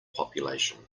population